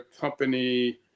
company